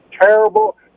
terrible